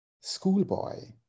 schoolboy